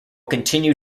continued